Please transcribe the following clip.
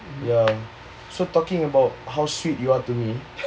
ya so talking about how sweet you are to me